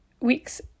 weeks